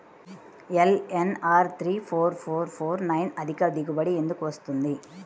LNR three four four four nine అధిక దిగుబడి ఎందుకు వస్తుంది?